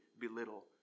belittle